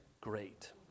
great